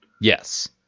Yes